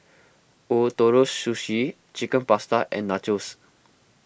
Ootoro Sushi Chicken Pasta and Nachos